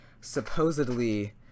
supposedly